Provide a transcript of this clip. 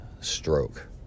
stroke